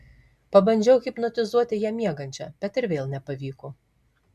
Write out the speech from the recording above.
pabandžiau hipnotizuoti ją miegančią bet ir vėl nepavyko